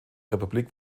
republik